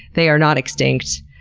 they are not extinct.